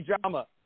drama